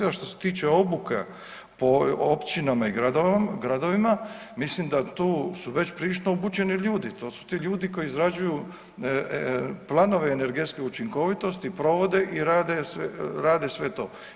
A što se tiče obuka po općinama i gradovima, mislim da su tu već prilično obučeni ljudi, to su ti ljudi koji izrađuju planove energetske učinkovitosti, provode i rade sve to.